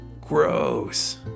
gross